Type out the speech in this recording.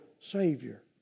Savior